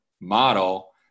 model